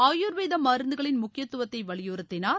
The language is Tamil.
ஆயுர்வேத மருந்துகளின் முக்கியத்துவத்தை வலியுறுத்தினார்